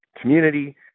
community